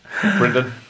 Brendan